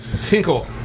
Tinkle